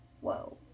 Whoa